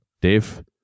Dave